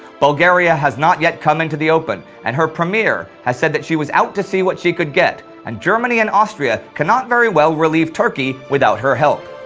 bulgaria has not yet come into the open, and her premier has said that she was out to see what she could get, and germany and austria cannot very well relieve turkey without her help.